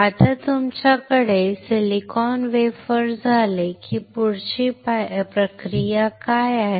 आता तुमच्याकडे silicon wafer झाले की पुढची प्रक्रिया काय आहे